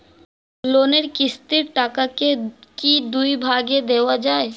লোনের কিস্তির টাকাকে কি দুই ভাগে দেওয়া যায়?